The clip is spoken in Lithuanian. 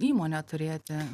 įmonę turėti